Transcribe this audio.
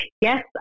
Yes